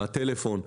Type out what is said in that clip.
הטלפון.